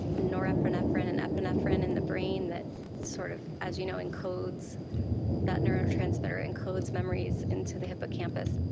norepinephrine and epinephrine in the brain that sort of, as you know, encodes that neurotransmitter, encodes memories into the hippocampus.